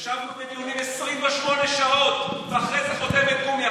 ישבנו בדיונים 28 שעות, ואחרי זה, חותמת גומי.